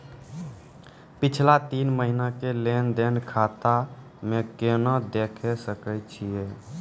पिछला तीन महिना के लेंन देंन खाता मे केना देखे सकय छियै?